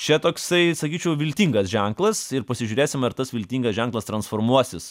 čia toksai sakyčiau viltingas ženklas ir pasižiūrėsim ar tas viltingas ženklas transformuosis